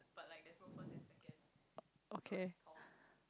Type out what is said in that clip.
okay